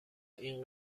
این